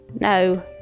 No